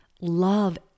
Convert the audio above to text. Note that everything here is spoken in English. Love